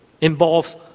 involves